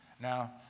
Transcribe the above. Now